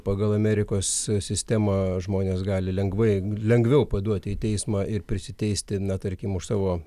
pagal amerikos sistemą žmonės gali lengvai lengviau paduoti į teismą ir prisiteisti na tarkim už savo